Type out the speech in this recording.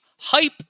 Hype